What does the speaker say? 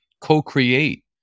co-create